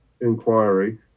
inquiry